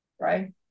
right